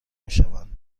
میشوند